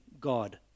God